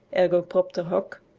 ergo propter hoc,